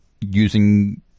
using